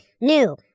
new